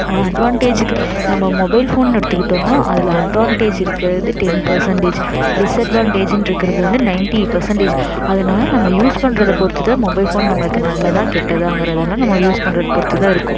அட்வான்டேஜ்ஜுக்கு நம்ம மொபைல் ஃபோன்னு எடுத்துக்கிட்டோம்னால் அதில் அட்வான்டேஜ் இருக்கிறது டென் பர்சன்டேஜ் டிஸ்அட்வான்டேஜ்ஜுன்னு இருக்கிறது வந்து நைண்ட்டி பர்சன்டேஜ் அதனால நம்ம யூஸ் பண்ணுறத பொறுத்து தான் மொபைல் ஃபோன் நம்மளுக்கு நல்லதா கெட்டதாங்கிறது எல்லாம் நம்ம யூஸ் பண்ணுறத பொறுத்து தான் இருக்குது